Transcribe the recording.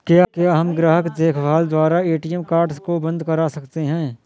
क्या हम ग्राहक देखभाल द्वारा ए.टी.एम कार्ड को बंद करा सकते हैं?